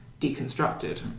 deconstructed